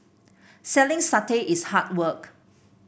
selling satay is hard work